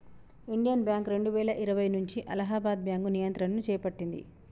Indian bank రెండువేల ఇరవై నుంచి అలహాబాద్ బ్యాంకు నియంత్రణను చేపట్టింది